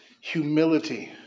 humility